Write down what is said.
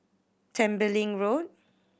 Tembeling Road